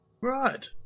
Right